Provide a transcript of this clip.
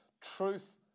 Truth